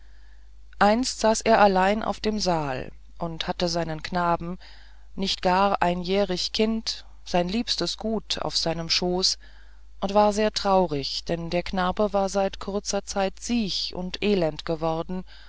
einst saß er allein auf dem saal und hatte seinen knaben nicht gar ein jährig kind sein liebstes gut auf seinem schoß und war sehr traurig denn der knabe war seit kurzer zeit siech und elend worden